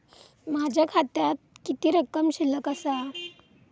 माझ्या खात्यात किती रक्कम शिल्लक आसा?